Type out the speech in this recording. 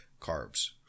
carbs